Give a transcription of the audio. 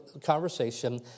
conversation